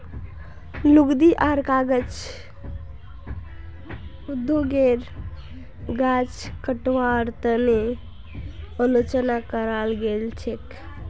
लुगदी आर कागज उद्योगेर गाछ कटवार तने आलोचना कराल गेल छेक